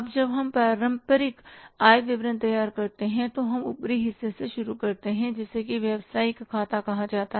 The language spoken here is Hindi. अब जब हम पारंपरिक आय विवरण तैयार करते हैं तो हम ऊपरी हिस्से से शुरू करते हैं जिसे व्यवसायिक खाता कहा जाता है